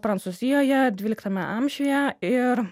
prancūzijoje dvyliktame amžiuje ir